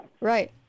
Right